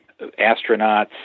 astronauts